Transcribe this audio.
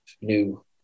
new